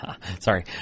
sorry